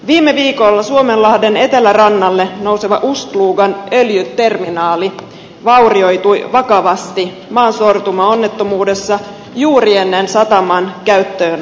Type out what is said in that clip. viime viikolla suomenlahden etelärannalle nouseva ust lugan öljyterminaali vaurioitui vakavasti maansortumaonnettomuudessa juuri ennen sataman käyttöönottoa